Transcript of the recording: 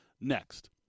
next